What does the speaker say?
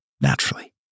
naturally